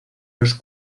los